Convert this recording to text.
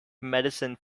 medicine